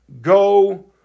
go